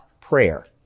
prayer